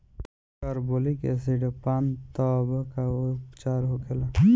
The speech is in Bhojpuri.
कारबोलिक एसिड पान तब का उपचार होखेला?